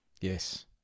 Yes